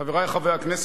חברי חברי הכנסת,